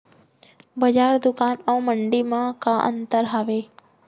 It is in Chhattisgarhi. बजार, दुकान अऊ मंडी मा का अंतर हावे?